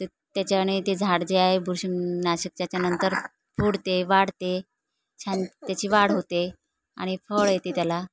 तर त्याच्याने ते झाड जे आहे बुरशि नाशक त्याच्यानंतर फुलते वाढते छान त्याची वाढ होते आणि फळ येते त्याला